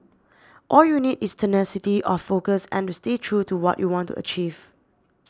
all you need is tenacity of focus and to stay true to what you want to achieve